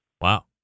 Wow